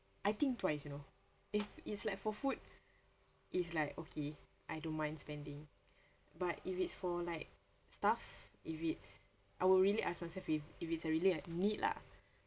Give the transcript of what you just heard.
I think twice you know if it's like for food it's like okay I don't mind spending but if it's for like stuff if it's I will really ask myself if if it's I really need lah